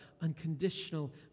unconditional